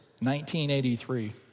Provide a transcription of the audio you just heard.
1983